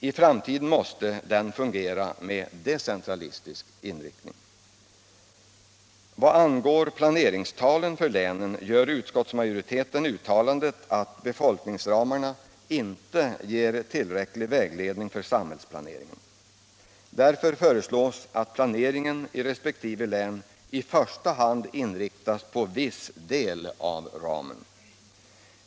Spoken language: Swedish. I framtiden måste den fungera med decentralistisk inriktning. Vad angår planeringstalen för länen gör utskottsmajoriteten uttalandet att befolkningsramarna inte ger tillräcklig vägledning för samhällsplaneringen. Därför föreslås att planeringen i resp. län i första hand inriktas på viss del av ramen.